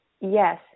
yes